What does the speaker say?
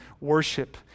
worship